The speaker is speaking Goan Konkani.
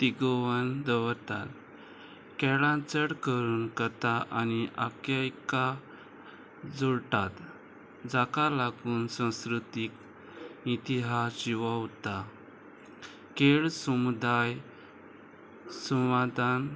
तिगोवन दवरतात केळां चड करून कथा आनी आक्यायिका जोडटात जाका लागून संस्कृतीक इतिहास जिवा उत्ता केळ समुदाय संवादान